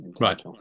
right